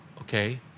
Okay